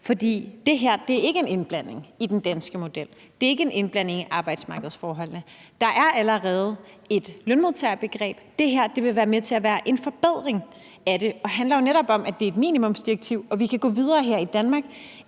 For det her er ikke en indblanding i den danske model; det er ikke en indblanding i arbejdsmarkedsforholdene. Der er allerede et lønmodtagerbegreb. Det her vil være med til at give en forbedring af det og handler jo netop om, at det er et minimumsdirektiv, og at vi kan gå videre her i Danmark